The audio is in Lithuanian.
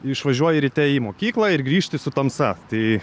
išvažiuoji ryte į mokyklą ir grįžti su tamsa tai